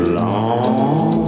long